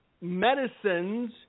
medicines